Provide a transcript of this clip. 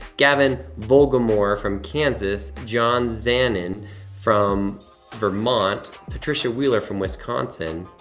gavin volgamore from kansas, john zannon from vermont, patricia wheeler from wisconsin.